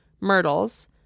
myrtles